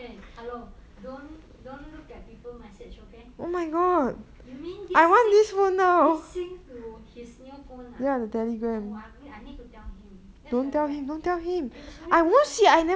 eh hello don't don't look at people message okay you mean this sync this sync to his new phone ah oh I need to tell him that's very bad eh it's very bad